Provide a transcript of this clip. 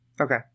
Okay